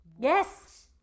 Yes